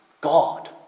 God